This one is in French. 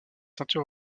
ceinture